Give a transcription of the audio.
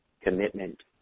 commitment